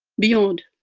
beyond.